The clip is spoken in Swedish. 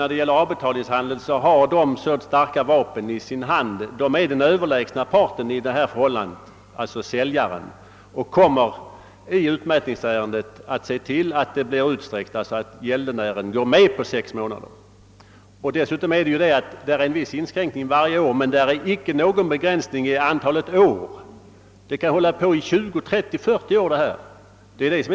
När det gäller avbetalningshandel har säljarna så starka vapen i sina händer — de är den överlägsna parten i detta förhållande — att de i utmätningsärenden kan se till att tiden blir utsträckt så att gäldenären går med på sex månaders utmätningstid. Visserligen föreslås i propositionen att löneutmätningen inte får tillämpas mer än en viss tid varje år, men det förekommer ingen begränsning av antalet år. Den kan alltså hålla på i 20, 30 eller 40 år. Det är det kusliga.